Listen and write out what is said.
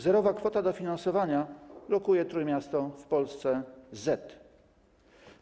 Zerowa kwota dofinansowania lokuje Trójmiasto w Polsce Z.